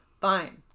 fine